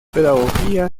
pedagogía